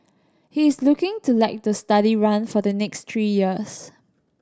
he is looking to let the study run for the next three years